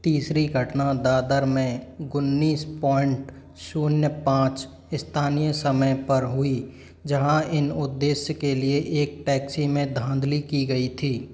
तीसरी घटना दादर में उन्नीस पॉइंट शून्य पांच स्थानीय समय पर हुई जहाँ इन उद्देश्य के लिए एक टैक्सी में धाँधली की गई थी